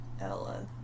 Ella